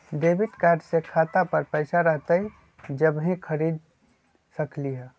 Debit card से खाता पर पैसा रहतई जब ही खरीद सकली ह?